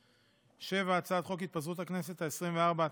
7. הצעת חוק התפזרות הכנסת העשרים-וארבע,